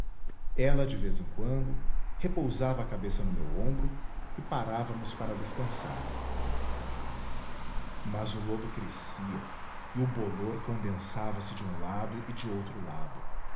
ela de vez em quando repousava a cabeça no meu ombro e parávamos para descansar mas o lodo crescia e o bolor condensava se de um lado e de outro lado